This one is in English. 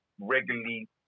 regularly